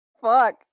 Fuck